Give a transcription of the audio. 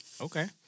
Okay